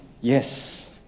Yes